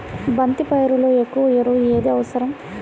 బంతి పైరులో ఎక్కువ ఎరువు ఏది అవసరం?